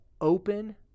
open